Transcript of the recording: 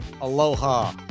Aloha